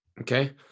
Okay